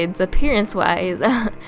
appearance-wise